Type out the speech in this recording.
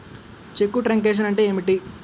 చెక్కు truncation అంటే ఏమిటి?